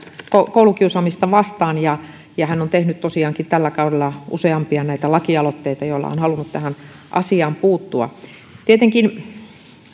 koulukiusaamista vastaan ja ja hän on tosiaankin tehnyt tällä kaudella useampia lakialoitteita joilla on halunnut tähän asiaan puuttua tietenkin